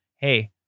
hey